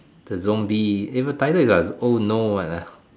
the zombie advertiser is like oh no